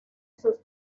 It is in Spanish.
sus